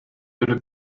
өлүп